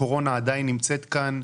הקורונה עדיין נמצאת כאן,